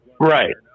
Right